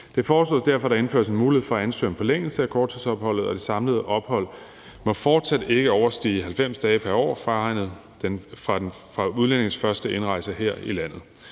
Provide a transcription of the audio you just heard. Det foreslås derfor, at der indføres en mulighed for at ansøge om en forlængelse af korttidsopholdet, og det samlede ophold må fortsat ikke overstige 90 dage pr. år regnet fra udlændingens første indrejse her i landet.